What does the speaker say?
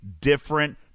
different